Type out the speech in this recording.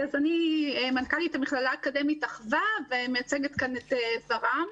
אני מנכ"לית המכללה האקדמית אחווה ומייצגת כאן את ור"מ.